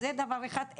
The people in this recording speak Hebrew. אז זה דבר אחד.